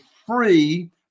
free